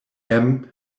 ayub